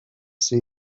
see